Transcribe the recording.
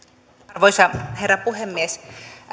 arvoisa herra puhemies